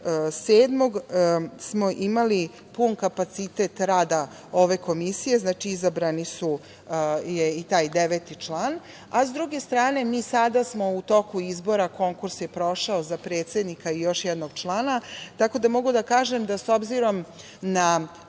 smo imali pun kapacitet rada ove komisije. Znači, izabran je i taj deveti član.S druge strane, mi sada smo u toku izbora, konkurs je prošao za predsednika i još jednog člana, tako da mogu da kažem da s obzirom na